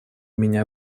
меня